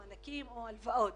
מענקים או הלוואות.